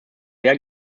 sehr